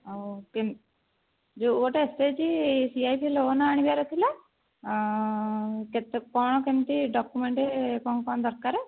ଆଉ ଯେଉଁ ଗୋଟେ S H G C I P loan ଆଣିବାର ଥିଲା କେତେ କେତେ କ'ଣ କେମିତି ଡକୁମେଣ୍ଟ୍ କ'ଣ କ'ଣ ଦରକାର